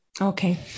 Okay